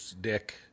Dick